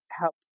help